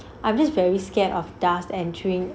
I just very scared of dust entry